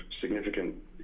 significant